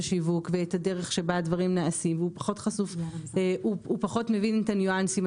השיווק ואת הדרך שבה הדברים נעשים והוא פחות מבין את הניואנסים,